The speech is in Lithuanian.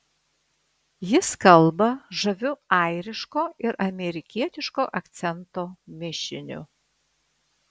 jis kalba žaviu airiško ir amerikietiško akcento mišiniu